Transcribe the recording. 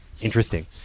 interesting